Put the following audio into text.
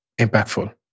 impactful